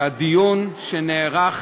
שהדיון שנערך